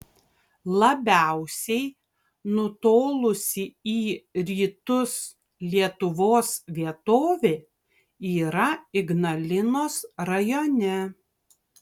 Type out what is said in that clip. labiausiai nutolusi į rytus lietuvos vietovė yra ignalinos rajone